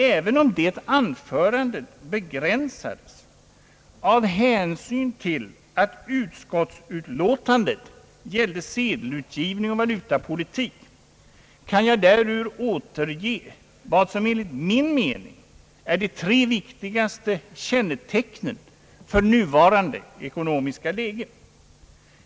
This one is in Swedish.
Även om det anförandet begränsades av hänsyn till att utskottsutlåtandet gällde sedelutgivning och valutapolitik, kan jag därur återge vad som enligt min mening är de tre viktigaste kännetecknen för nuvarande ekonomiska läge.